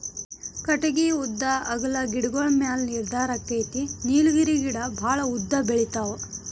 ಕಟಗಿ ಉದ್ದಾ ಅಗಲಾ ಗಿಡಗೋಳ ಮ್ಯಾಲ ನಿರ್ಧಾರಕ್ಕತಿ ನೇಲಗಿರಿ ಗಿಡಾ ಬಾಳ ಉದ್ದ ಬೆಳಿತಾವ